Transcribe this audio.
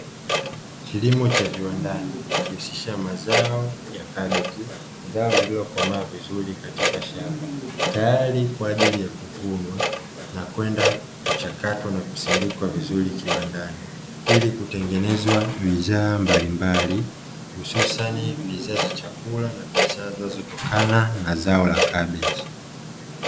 Kilimo cha viwandani uhusisha mazao ya kabeji, zao lililokomaa vizuri katika shamba tayari kwa ajili ya kuvunwa na kwenda kuchakatwa na kusindikwa vizuri kiwandani, ili kutengeneza bidhaa mbalimbali hususan bidhaa za chakula na bidhaa zinazotokana na zao la kabeji.